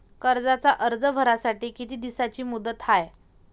कर्जाचा अर्ज भरासाठी किती दिसाची मुदत हाय?